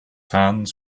hands